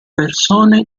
persone